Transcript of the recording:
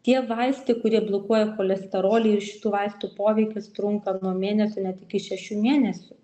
tie vaistai kurie blokuoja cholesterolį ir šitų vaistų poveikis trunka nuo mėnesio net iki šešių mėnesių